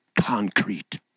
concrete